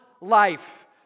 life